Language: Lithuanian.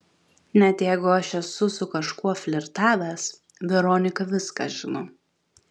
net jeigu aš esu su kažkuo flirtavęs veronika viską žino